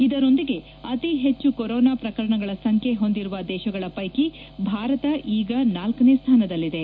ಇದರೊಂದಿಗೆ ಅತಿ ಪೆಚ್ಚು ಕೊರೊನಾ ಪ್ರಕರಣಗಳ ಸಂಖ್ಯೆ ಹೊಂದಿರುವ ದೇಶಗಳ ಪೈಕಿ ಭಾರತ ಈಗ ನಾಲ್ಕನೇ ಸ್ಥಾನದಲ್ಲಿದೆ